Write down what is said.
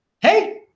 hey